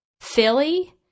Philly